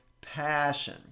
passion